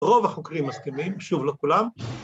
‫רוב החוקרים מסכימים, שוב לא כולם.